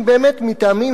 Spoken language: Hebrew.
באמת מטעמים,